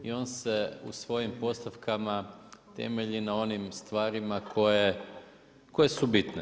I on se u svojim postavkama, temelji na onim stvarima koje su bitne.